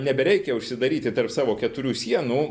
nebereikia užsidaryti tarp savo keturių sienų